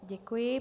Děkuji.